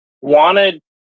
wanted